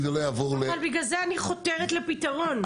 זה לא יעבור --- בגלל זה אני חותרת לפתרון.